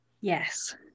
Yes